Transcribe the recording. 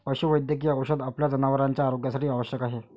पशुवैद्यकीय औषध आपल्या जनावरांच्या आरोग्यासाठी आवश्यक आहे